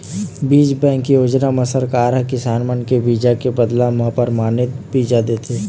बीज बेंक योजना म सरकार ह किसान मन के बीजा के बदला म परमानित बीजा देथे